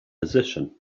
position